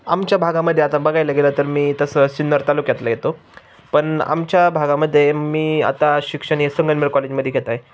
आमच्या भागामध्ये आता बघायला गेलं तर मी तसं शिन्नर तालुक्यातला येतो पन आमच्या भागामध्ये मी आता शिक्षण हे संगमनेर कॉलेजमध्ये घेत आहे